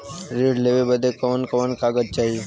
ऋण लेवे बदे कवन कवन कागज चाही?